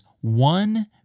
one